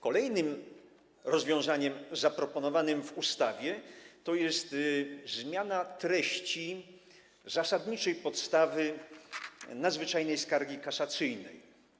Kolejnym rozwiązaniem zaproponowanym w ustawie jest zmiana treści zasadniczej podstawy nadzwyczajnej skargi kasacyjnej.